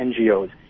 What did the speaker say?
NGOs